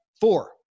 four